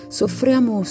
soffriamo